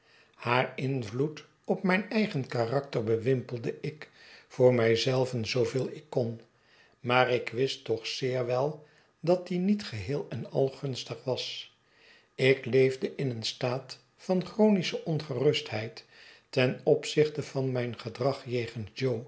haar invloed op mijn eigen karakter bewimpelde ik voor mij zelven zooveel ik kon maar ik wist toch zeer wel dat die niet geheel en al gunstig was ik leefde in een staat van chronische ongerustheid ten opzichte van mijn gedrag jegens jo